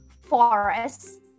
forest